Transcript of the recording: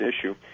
issue